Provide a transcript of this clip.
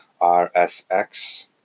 rsx